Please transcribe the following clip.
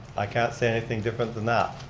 i can't say anything different than that.